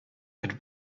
had